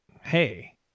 hey